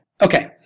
okay